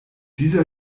dieser